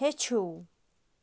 ہیٚچھِو